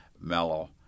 mellow